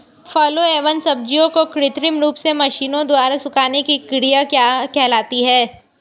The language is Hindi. फलों एवं सब्जियों के कृत्रिम रूप से मशीनों द्वारा सुखाने की क्रिया क्या कहलाती है?